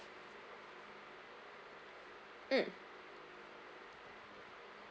mm